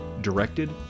directed